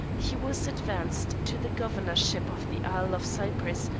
he was advanced to the governorship of the isle of cyprus,